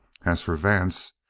as for vance,